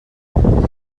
anem